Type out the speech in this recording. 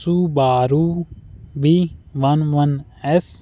ਸੋ ਬਾਰੂਮੀ ਮਨ ਮਨ ਐਸ